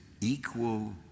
equal